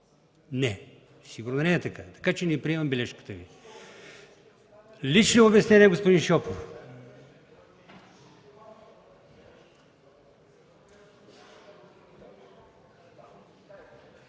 Не, сигурно не е така. Така че не приемам бележката Ви. Лично обяснение – господин Шопов.